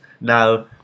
Now